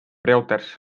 reuters